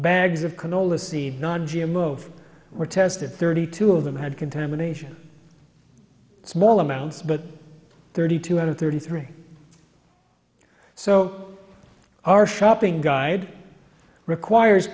seed not g m o were tested thirty two of them had contamination small amounts but thirty two hundred thirty three so our shopping guide requires